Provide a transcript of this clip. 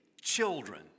children